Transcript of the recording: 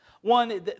One